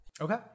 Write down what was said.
Okay